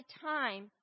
time